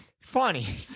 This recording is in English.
Funny